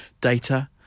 data